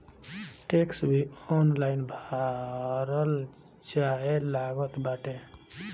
tax भी online भरल जाए लागल बाटे